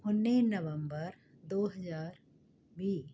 ਉੱਨੀ ਨਵੰਬਰ ਦੋ ਹਜ਼ਾਰ ਵੀਹ